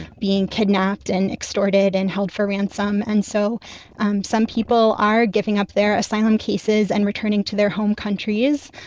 being kidnapped and extorted and held for ransom. and so um some people are giving up their asylum cases and returning to their home countries,